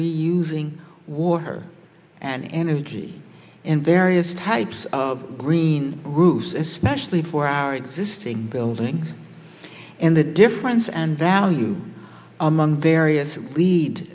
reusing water and energy and various types of green roofs especially for our existing buildings and the difference and value among various lead